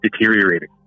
deteriorating